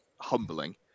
humbling